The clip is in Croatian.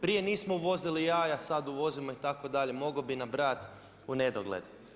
Prije nismo uvozili jaja, i sad uvozimo, itd. mogao bi nabrajati u nedogled.